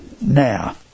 Now